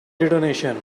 detonation